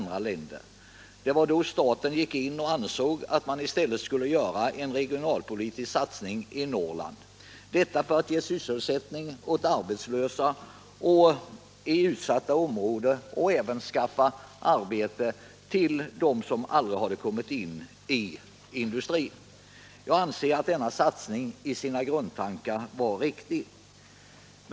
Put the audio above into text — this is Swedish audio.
Det var då staten ansåg att man i stället skulle göra en regionalpolitisk satsning i Norrland, detta för att ge sysselsättning åt arbetslösa i utsatta områden och även för att skaffa arbete till dem som aldrig kommit in i industrin. Jag anser att denna satsning i grunden var riktig.